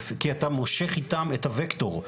כי אתה מושך איתם את הווקטור,